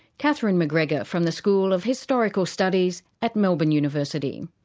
katherine mcgregor, from the school of historical studies at melbourne university.